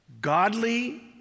Godly